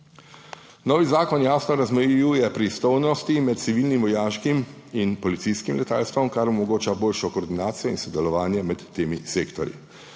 Novi zakon jasno razmejuje pristojnosti med civilnim, vojaškim in policijskim letalstvom, kar omogoča boljšo koordinacijo in sodelovanje med temi sektorji.